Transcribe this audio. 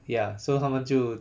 ya so 他们就